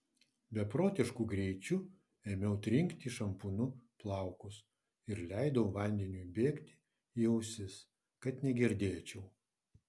beprotišku greičiu ėmiau trinkti šampūnu plaukus ir leidau vandeniui bėgti į ausis kad negirdėčiau